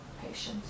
patience